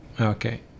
Okay